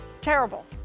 Terrible